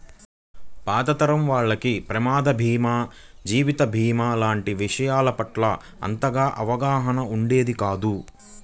పాత తరం వాళ్లకి ప్రమాద భీమా, జీవిత భీమా లాంటి విషయాల పట్ల అంతగా అవగాహన ఉండేది కాదు